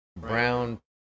brown